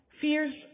Fears